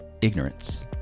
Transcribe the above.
ignorance